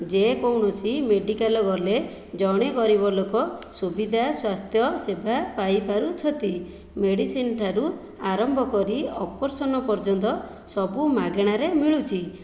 ଯେ କୌଣସି ମେଡ଼ିକାଲ ଗଲେ ଜଣେ ଗରିବ ଲୋକ ସୁବିଧା ସ୍ୱାସ୍ଥ୍ୟ ସେବା ପାଇପାରୁଛନ୍ତି ମେଡ଼ିସିନ ଠାରୁ ଆରମ୍ଭ କରି ଅପରେସନ ପର୍ଯ୍ୟନ୍ତ ସବୁ ମାଗଣାରେ ମିଳୁଛି